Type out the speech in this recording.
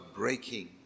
breaking